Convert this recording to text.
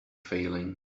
failing